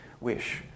wish